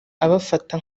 abafata